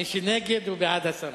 ומי שנגד הוא בעד הסרה.